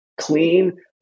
clean